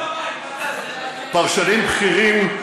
אתה כל היום בבית, פרשנים בכירים,